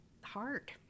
hard